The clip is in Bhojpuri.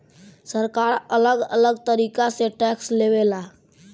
सरकार अलग अलग तरीका से टैक्स लेवे ला